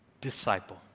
disciple